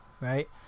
right